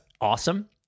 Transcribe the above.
awesome